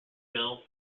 mail